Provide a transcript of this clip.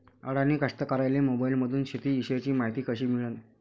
अडानी कास्तकाराइले मोबाईलमंदून शेती इषयीची मायती कशी मिळन?